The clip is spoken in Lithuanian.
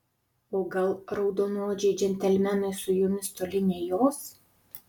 o gal raudonodžiai džentelmenai su jumis toli nejos